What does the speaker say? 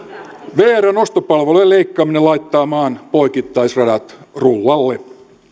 vrn ostopalveluiden leikkaaminen laittaa maan poikittaisradat rullalle